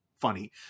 funny